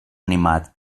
animat